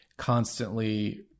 constantly